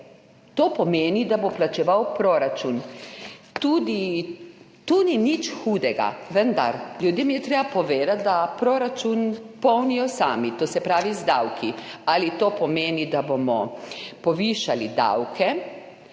pomeni, da bo plačeval proračun. Tudi tu ni nič hudega. Vendar je ljudem treba povedati, da proračun polnijo sami, to se pravi z davki. Ali to pomeni, da bomo povišali davke?